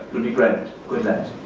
it'll be grand, good lad.